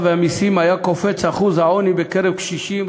והמסים היה קופץ שיעור העוני בקרב קשישים,